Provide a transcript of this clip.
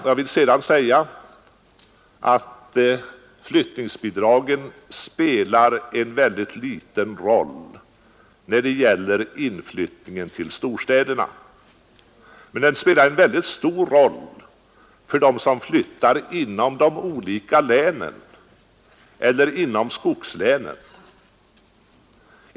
Jag vill sedan säga att flyttningsbidragen spelar en mycket liten roll vid inflyttningen till storstäderna men att de har en mycket stor betydelse för dem som flyttar inom de olika länen eller mellan skogslänen.